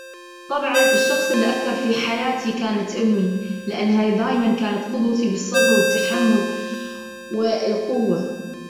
نشأت بالكويت، وكانت الأجواء هناك بسيطة وحلوة، والجو مريح، والكل يعرف الكل، والكل يعرف بعض. يعني من المدرسة، للمسجد، للبيت، ما أحد يعني ما كان مستوى الجريمة عالي.